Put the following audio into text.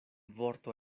vorto